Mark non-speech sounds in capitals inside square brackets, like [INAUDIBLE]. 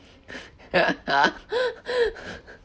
[LAUGHS]